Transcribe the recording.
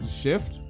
Shift